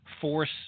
force